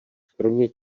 kromě